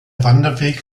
wanderweg